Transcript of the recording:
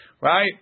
right